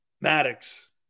Maddox